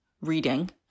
reading